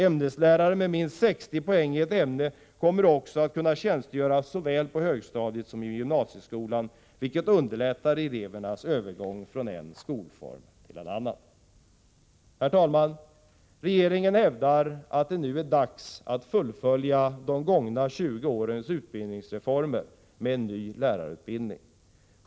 Ämneslärare med minst 60 poäng i ett ämne kommer också att kunna tjänstgöra såväl på högstadiet som i gymnasieskolan, vilket underlättar elevernas övergång från en skolform till en annan. Herr talman! Regeringen hävdar att det nu är dags att fullfölja de gångna 20 årens utbildningsreformer med en ny lärarutbildning.